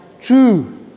true